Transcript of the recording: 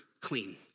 clean